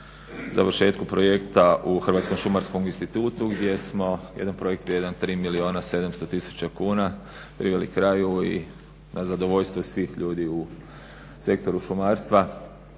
završetku projekta u Hrvatskom šumarskom institutu gdje smo jedna projekt vrijedan 3 milijuna 700 tisuća kuna priveli kraju i na zadovoljstvo svih ljudi u sektoru šumarstva